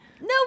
No